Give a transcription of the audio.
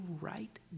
right